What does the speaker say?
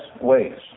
ways